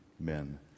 men